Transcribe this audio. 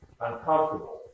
uncomfortable